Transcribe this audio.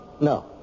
No